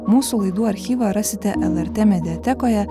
mūsų laidų archyvą rasite lrt mediatekoje